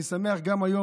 אני שמח גם היום,